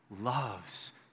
loves